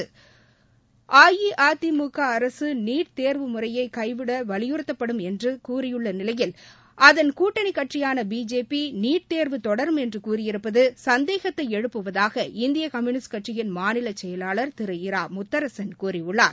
அஇஅதிமுக அரசு நீட் தே்வு முறையை கைவிட வலியுறுத்தப்படும் என்று கூறியுள்ள நிலையில் கூட்டணிக் கட்சியான பிஜேபி நீட் தேர்வு தொடரும் என்று கூறியிருப்பது சந்தேகத்தை அதன் எழுப்புவதாக இந்திய கம்யுனிஸ்ட் கட்சியின் மாநில செயலாளர் திரு இரா முத்தரசன் கூறியுள்ளார்